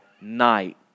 night